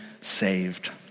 saved